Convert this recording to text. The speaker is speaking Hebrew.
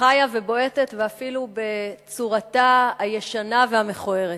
חיה ובועטת, ואפילו בצורתה הישנה והמכוערת.